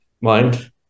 mind